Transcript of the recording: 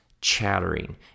chattering